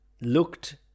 looked